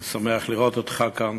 אני שמח לראות אותך כאן,